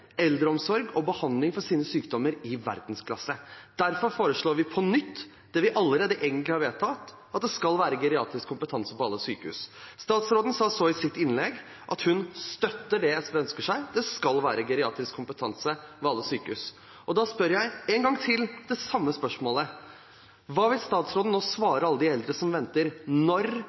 eldreomsorg og en behandling for sine sykdommer som er i verdensklasse. Derfor foreslår vi på nytt det vi egentlig allerede har vedtatt, at det skal være geriatrisk kompetanse på alle sykehus. Statsråden sa i sitt innlegg at hun støtter det som SV ønsker seg, at det skal være geriatrisk kompetanse ved alle sykehus. Da stiller jeg – én gang til – det samme spørsmålet: Hva vil statsråden svare alle de